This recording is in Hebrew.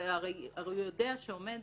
הרי הוא יודע שעומד